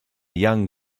young